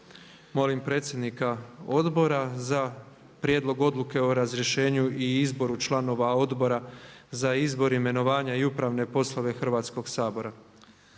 Molim predsjednika odbora za prijedlog odluke o razrješenju i izboru članova Odbora za izbor, imenovanje i upravne poslove Hrvatskog sabora.